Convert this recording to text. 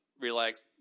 relax